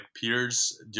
peers